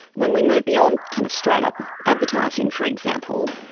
when we move beyond kind of straight-up advertising, for example,